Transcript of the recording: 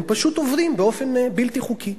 הם פשוט עובדים באופן בלתי חוקי.